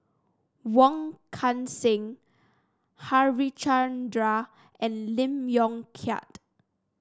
Wong Kan Seng Harichandra and Lee Yong Kiat